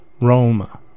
Roma